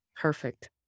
perfect